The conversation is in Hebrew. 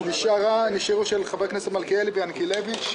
נשארו רביזיות של חברי הכנסת מלכיאלי וינקילביץ'.